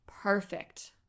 perfect